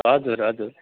हजुर हजुर